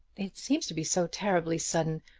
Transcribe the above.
it seems to be so terribly sudden.